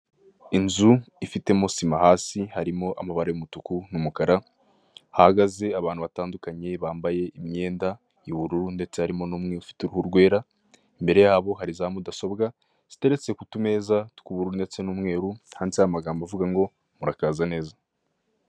Inzu ifitemo sima hasi harimo amabara y'umutuku ndetse n'umukara hahagaze abantu batandukanye bambaye imyenda y'ubururu ndetse harimo n'umwe ufite uruhu rwera imbere yabo hari za mudasobwa ziteretse ku tumeza tw'ubururu ndetse n'umweru handitseho amagambo avuga ngo murakaza neza.